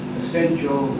essential